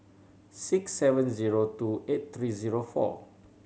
six seven zero two eight three zero four